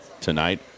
tonight